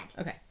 okay